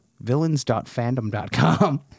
Villains.fandom.com